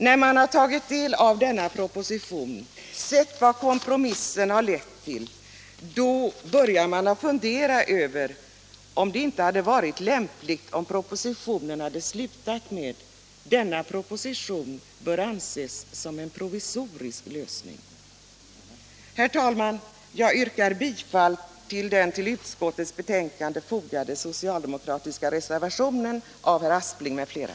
När man tagit del av denna proposition och sett vad kompromissen har lett till, då börjar man att fundera över om det inte hade varit lämpligt att propositionen slutat: ”Denna proposition bör anses som en provisorisk lösning.” Herr talman! Jag yrkar bifall till den till utskottsbetänkandet fogade socialdemokratiska reservationen av herr Aspling m.fl.